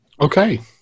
Okay